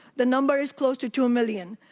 the number is close to two million.